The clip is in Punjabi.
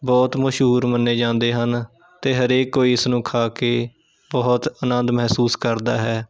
ਬਹੁਤ ਮਸ਼ਹੂਰ ਮੰਨੇ ਜਾਂਦੇ ਹਨ ਅਤੇ ਹਰੇਕ ਕੋਈ ਇਸ ਨੂੰ ਖਾ ਕੇ ਬਹੁਤ ਅਨੰਦ ਮਹਿਸੂਸ ਕਰਦਾ ਹੈ